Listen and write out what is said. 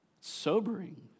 Sobering